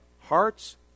hearts